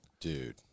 Dude